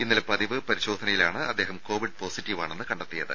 ഇന്നലെ പതിവ് പരിശോധനയിലാണ് അദ്ദേഹം കോവിഡ് പോസിറ്റീവാണെന്ന് കണ്ടെത്തിയത്